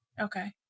Okay